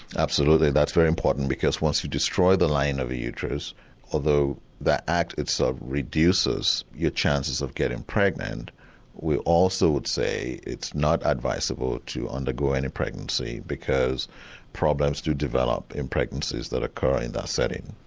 absolutely, that's very important because once you destroy the lining of the uterus although that act itself reduces your chances of getting pregnant we also would say that it's not advisable to undergo any pregnancy because problems do develop in pregnancies that occur in that setting.